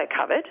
covered